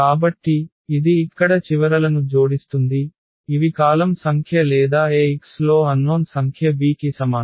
కాబట్టి ఇది ఇక్కడ చివరలను జోడిస్తుంది ఇవి కాలమ్ సంఖ్య లేదా Ax లో అన్నోన్ సంఖ్య b కి సమానం